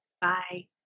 bye